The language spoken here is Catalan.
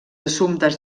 assumptes